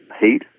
heat